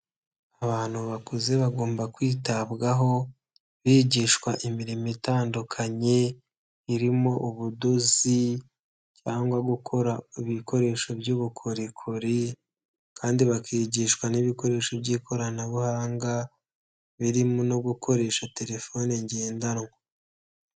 Abantu bakuze bagomba kwitabwaho bigishwa imirimo itandukanye irimo ubudozi cyangwa gukora ibikoresho by'ubukorikori kandi bakigishwa n'ibikoresho by'ikoranabuhanga birimo no gukoresha terefone ngendanwa.